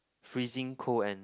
freezing cold and